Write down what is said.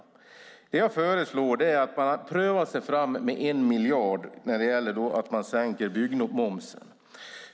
Det som jag föreslår är att man prövar sig fram med 1 miljard när det gäller att sänka byggmomsen.